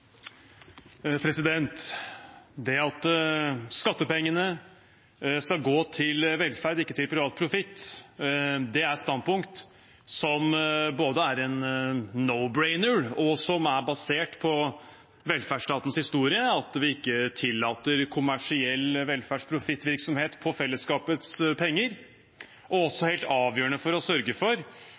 barnehagene. Det at skattepengene skal gå til velferd, ikke til privat profitt, er et standpunkt som er både en «no-brainer» og basert på velferdsstatens historie, at vi ikke tillater kommersiell velferdsprofittvirksomhet på fellesskapets penger. Det er også helt avgjørende for å sørge for